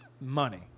money